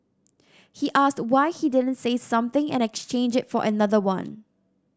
he asked why he didn't say something and exchange it for another one